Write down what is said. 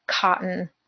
cotton